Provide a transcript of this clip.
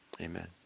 Amen